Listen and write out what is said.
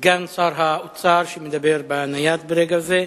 סגן שר האוצר, שמדבר בנייד ברגע זה,